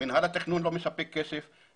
מינהל התכנון לא מספק כסף,